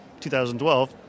2012